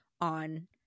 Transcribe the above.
on